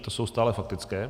To jsou stále faktické.